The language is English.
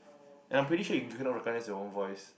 and I'm pretty sure you cannot recognize your own voice